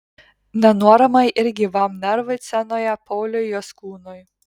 nenuoramai ir gyvam nervui scenoje pauliui jaskūnui